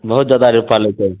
बहुत जादा कहलो तू